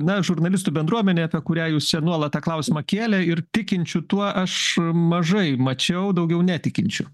na žurnalistų bendruomenė apie kurią jūs nuolat tą klausimą kėlė ir tikinčių tuo aš mažai mačiau daugiau netikinčių